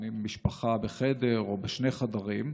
לפעמים משפחה בחדר או בשני חדרים.